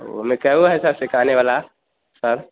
ओमें कै गो हैं सर सिखाने वाला सर